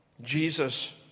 Jesus